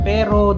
Pero